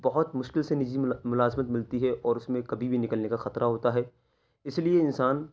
بہت مشکل سے نجی ملازمت ملتی ہے اور اس میں کبھی بھی نکلنے کا خطرہ ہوتا ہے اس لیے انسان